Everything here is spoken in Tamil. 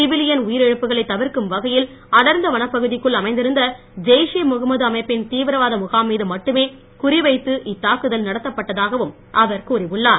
சிவிலியன் உயிர் இழப்புகளைத் தவிர்க்கும் வகையில் அடர்ந்த வனப்பகுதிக்குள் அமைந்திருந்த ஜெய்ஷே முகம்மது அமைப்பின் தீவிரவாத முகாம் மீது மட்டுமே குறிவைத்து இத்தாக்குதல் நடத்தப்பட்டதாகவும் அவர் கூறியுள்ளார்